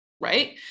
Right